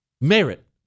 Merit